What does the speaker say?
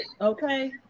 okay